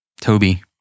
Toby